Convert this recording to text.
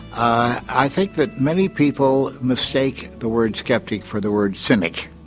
i think that many people mistake the word skeptic for the word cynic.